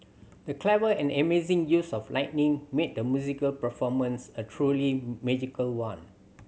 the clever and amazing use of lighting made the musical performance a truly magical one